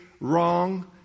wrong